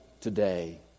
today